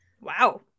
Wow